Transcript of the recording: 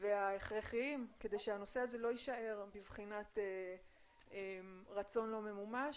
וההכרחיים כדי שהנושא הזה לא יישאר בבחינת רצון לא ממומש,